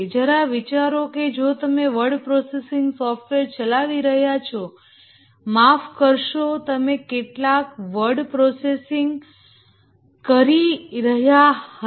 જરા વિચારો કે જો તમે વર્ડ પ્રોસેસિંગ સોફ્ટવેર ચલાવી રહ્યા છો માફ કરશો તમે કેટલાક વર્ડ પ્રોસેસિંગ કરી રહ્યા હતા